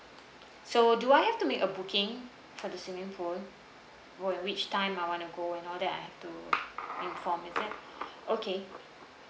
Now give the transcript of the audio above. so do I have to make a booking for the swimming pool will which time I want to go and all that I have to inform is it okay